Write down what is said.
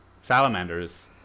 salamanders